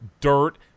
dirt